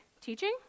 Teaching